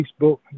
Facebook